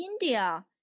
India